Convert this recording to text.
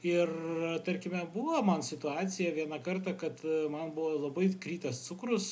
ir tarkime buvo man situacija vieną kartą kad man buvo labai kritęs cukrus